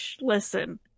Listen